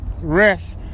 rest